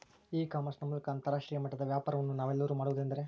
E commerce ನ ಮೂಲಕ ಅಂತರಾಷ್ಟ್ರೇಯ ಮಟ್ಟದ ವ್ಯಾಪಾರವನ್ನು ನಾವೆಲ್ಲರೂ ಮಾಡುವುದೆಂದರೆ?